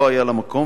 לא היה לה מקום,